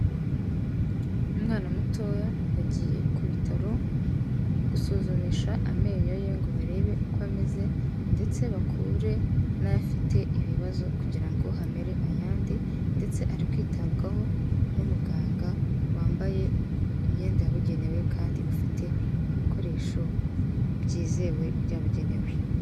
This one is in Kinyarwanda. Umwana mutoya yagiye ku bitaro gusuzumisha amenyo ye ngo barebe uko ameze ndetse bakure n'afite ibibazo kugira ngo hamere ayandi ndetse ari kwitabwaho n'umuganga wambaye imyenda yabugenewe kandi ufite ibikoresho byizewe byabugenewe.